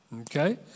Okay